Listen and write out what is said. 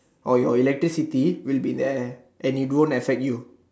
or your electricity will be there and it won't affect you